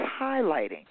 highlighting